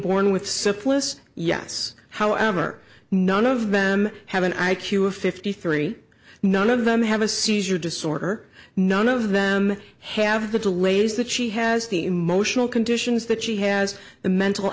born with syphilis yes however none of them have an i q of fifty three none of them have a seizure disorder none of them have the delays that she has the emotional conditions that she has the mental